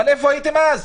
אלי, אבל איפה הייתם אז,